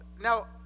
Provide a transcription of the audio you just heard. now